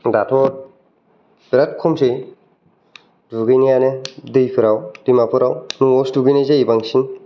दाथ' बिराथ खमसै दुगैनायानो दैफ्राव दैमाफोराव न'वावसो दुगैनाय जायो बांसिन